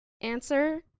answer